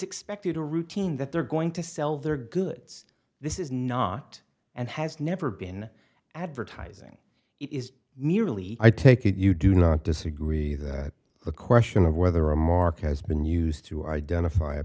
expected a routine that they're going to sell their goods this is not and has never been advertising it is merely i take it you do not disagree that the question of whether a market has been used to identify a